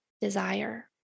desire